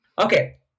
okay